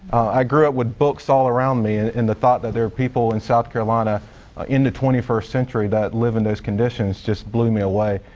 i grew up with books all around me and the thought that there are people in south carolina in the twenty first century that live in those conditions just blew me away.